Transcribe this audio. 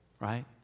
right